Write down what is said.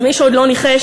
אז מי שעוד לא ניחש,